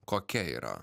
kokia yra